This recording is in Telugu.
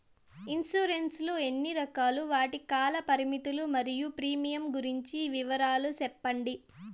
ఇన్సూరెన్సు లు ఎన్ని రకాలు? వాటి కాల పరిమితులు మరియు ప్రీమియం గురించి వివరాలు సెప్పండి?